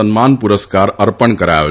સન્માન પુરસ્કાર અર્પણ કરાયો